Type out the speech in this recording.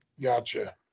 Gotcha